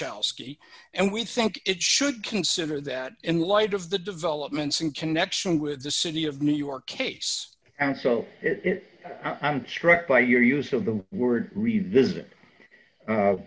chelsea and we think it should consider that in light of the developments in connection with the city of new york case and so it i'm struck by your use of the word revisit